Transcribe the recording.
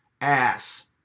ass